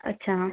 अच्छा